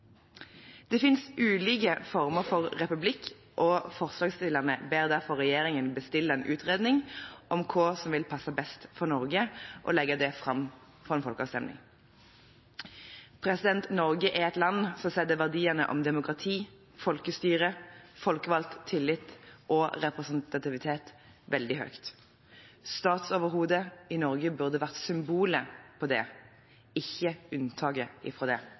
Det finnes ulike former for republikk, og forslagsstillerne ber derfor regjeringen bestille en utredning om hva som vil passe best for Norge og legge det fram til folkeavstemning. Norge er et land som setter verdiene om demokrati, folkestyre, folkevalgt tillit og representativitet veldig høyt. Statsoverhodet i Norge burde vært symbolet på det, ikke unntaket fra det.